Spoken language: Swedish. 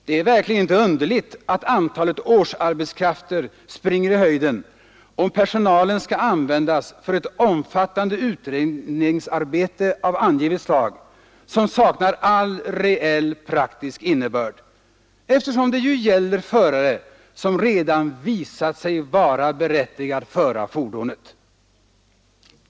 Det är verkligen inte underligt att antalet årsarbetskrafter springer i höjden, om personalen skall användas för ett omfattande utredningsarbete av angivet slag som saknar all reell praktisk innebörd, eftersom det gäller förare, som redan visat sig vara berättigad föra fordonet!